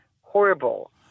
horrible